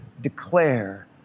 declare